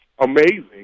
amazing